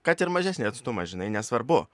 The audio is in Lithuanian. kad ir mažesnį atstumą žinai nesvarbu